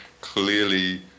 clearly